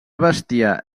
bestiar